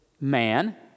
man